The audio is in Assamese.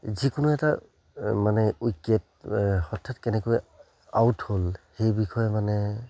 যিকোনো এটা মানে উইকেট হঠাৎ কেনেকৈ আউট হ'ল সেই বিষয়ে মানে